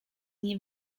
nie